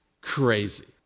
crazy